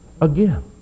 again